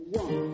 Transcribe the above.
one